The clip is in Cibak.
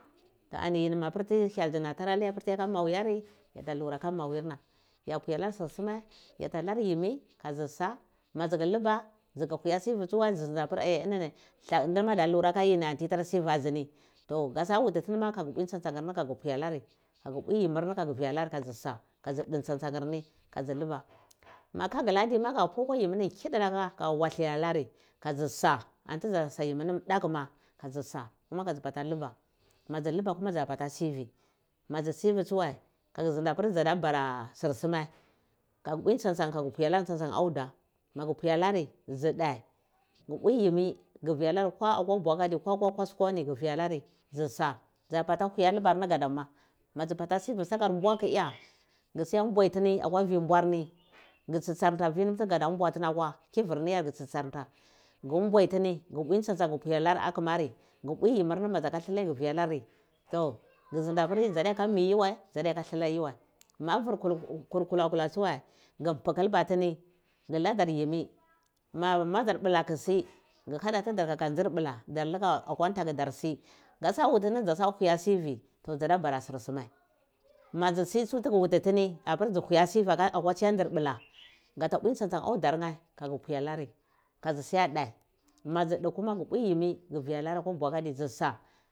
To yini ma pir hyel dza na nai apir tryaka mawi ari yato lura aka mawir na ya pwialor sur sume yata lor yimika dzisu ma dzu ku luba dzu ku bata sivi tsuwoi dzuzindi apir oh ini lakur na ndini ado luka aka yini anti taro sivi a dzi ni to gasiyawuti tini ma tsan tsunir ni go ga wuti anari aghu pwi yimir ni kagwu vialori kadji sa kodzi dha tsantsumir ni ka dzu luba ma kagula adima ko pwi akwo yiminima daku ma tu dza sa kuma kadzi bato luba madzi batah lubar kumo dza bata sivi ma dzi sivi tsuwai agu sindi apir dza bara sir suma kag pwi tson tsan ni ka gu pwi alari magu pwi alari dzi dhegu pwi yimi gu bwi alor ko akwa bokati ghu viatari dzu sa dzu bata huya libar nir gadamu madar bata sivi sakur mbwa kiya ghu suwon mbwaitini akwa vi mbwo gha tsatsantar kirni vitiga mbwarni akwa ghu mbwoi tini ghu mbwi tsan tsan ghu pwi alar akumari ghu pwi yimir ni ma dza ka dilai gu viyonar akumari ghu sindi apir dzudiyaya miwa dzudiyuya dillahi muwai ma vir kur kulakwa tsuwai ghu mpikilbah tini ghu ladar yimi ma mada bulati kisi ghu hadati tidar kaka nzir bula ghu tivi akwa ntaku ndar si gata wutini dzu huya sivi toh dzada bara sirsumai madzi situwai tigu wuti tini tu dzi huya sivi akwa tsiyu ndir bla gata bar tsatsan audar nheh kaga pwi alari ka dzi siya dheh madzu si kuma gu puyanar yimirsa